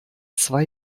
zwei